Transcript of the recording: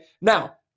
Now